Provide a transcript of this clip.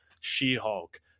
She-Hulk